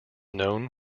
known